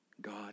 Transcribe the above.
God